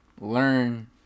learn